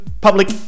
public